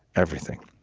everything,